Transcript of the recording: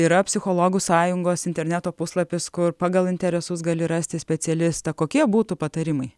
yra psichologų sąjungos interneto puslapis kur pagal interesus gali rasti specialistą kokie būtų patarimai